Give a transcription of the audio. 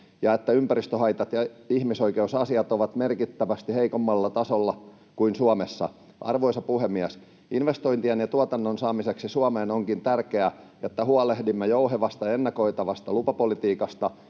ja että ympäristöhaitat ja ihmisoikeusasiat ovat merkittävästi heikommalla tasolla kuin Suomessa. Arvoisa puhemies! Investointien ja tuotannon saamiseksi Suomeen onkin tärkeää, että huolehdimme jouhevasta ja ennakoitavasta lupapolitiikasta,